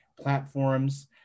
platforms